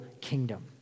kingdom